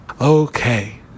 Okay